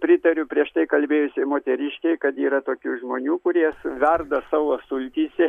pritariu prieš tai kalbėjusiai moteriškei kad yra tokių žmonių kurie verda savo sultyse